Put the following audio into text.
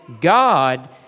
God